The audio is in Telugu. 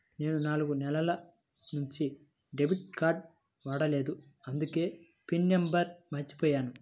నేను నాలుగు నెలల నుంచి డెబిట్ కార్డ్ వాడలేదు అందుకే పిన్ నంబర్ను మర్చిపోయాను